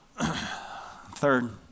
Third